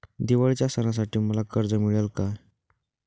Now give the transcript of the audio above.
दिवाळीच्या सणासाठी मला कर्ज मिळेल काय?